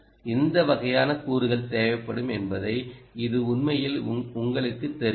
எந்த வகையான கூறுகள் தேவைப்படும் என்பதை இது உண்மையில் உங்களுக்குத் தெரிவிக்கும்